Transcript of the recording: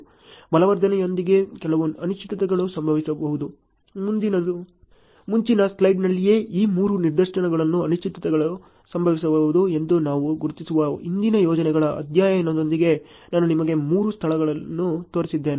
ಬಲವರ್ಧನೆಯೊಂದಿಗೆ ಕೆಲವು ಅನಿಶ್ಚಿತತೆಗಳು ಸಂಭವಿಸಬಹುದು ಮುಂಚಿನ ಸ್ಲೈಡ್ನಲ್ಲಿಯೇ ಈ ಮೂರು ನಿದರ್ಶನಗಳಲ್ಲಿ ಅನಿಶ್ಚಿತತೆಗಳು ಸಂಭವಿಸಬಹುದು ಎಂದು ನಾವು ಗುರುತಿಸಿರುವ ಹಿಂದಿನ ಯೋಜನೆಗಳ ಅಧ್ಯಯನದೊಂದಿಗೆ ನಾನು ನಿಮಗೆ ಮೂರು ಸ್ಥಳಗಳನ್ನು ತೋರಿಸಿದ್ದೇನೆ